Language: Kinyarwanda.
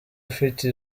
ufite